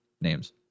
names